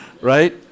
Right